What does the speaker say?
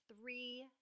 three